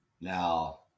Now